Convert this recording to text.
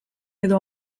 edo